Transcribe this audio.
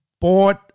bought